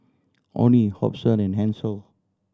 Onie Hobson and Hansel